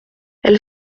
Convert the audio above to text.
elle